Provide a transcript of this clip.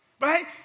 Right